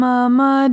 Mama